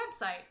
website